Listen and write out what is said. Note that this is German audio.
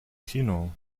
kino